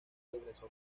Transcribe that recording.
regreso